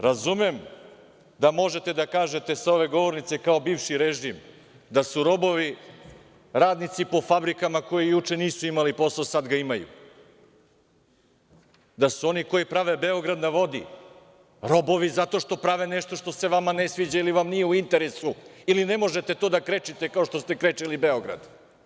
Razumem da možete da kažete sa ove govornice kao bivši režim da su robovi radnici po fabrikama koji juče nisu imali posao, a sad ga imaju, da su oni koji prave „Beograd na vodi“ robovi zato što prave nešto što se vama ne sviđa ili vam nije u interesu, ili ne možete to da krečite kao što ste krečili Beograd.